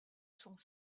sont